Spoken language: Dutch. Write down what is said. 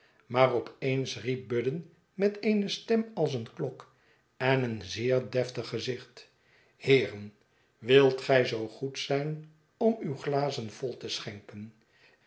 maar op eens riep budden met eene stem als een klok en een zeer deftig gezicht heeren wilt gij zoo goed zijn om uwe glazen vol te schenken